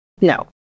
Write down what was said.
No